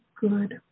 good